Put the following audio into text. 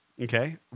Okay